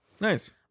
Nice